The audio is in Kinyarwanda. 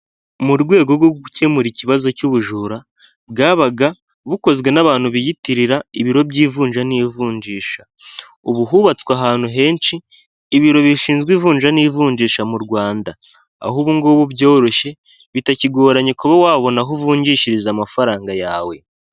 Mu rwego rwo gukemura ikibazo cy'ubujura, bwabaga bukozwe n'abantu biyitirira ibiro by' ivunja n'ivunjisha, ubu hubatswe ahantu henshi ibiro bishinzwe ivunja n'ivunjisha mu Rwanda, aho ubungubu byoroshye bitakigoranye kuba wabona aho uvunjishiriza amafaranga yawe.